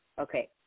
Okay